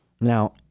Now